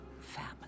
family